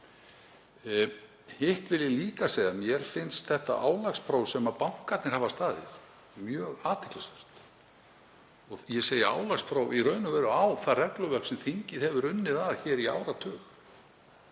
Hitt vil ég líka segja að mér finnst þetta álagspróf sem bankarnir hafa staðist mjög athyglisvert. Ég segi álagspróf en í raun og veru á það við um það regluverk sem þingið hefur unnið að í áratug.